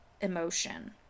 emotion